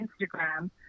Instagram